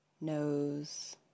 nose